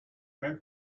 même